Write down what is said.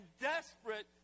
desperate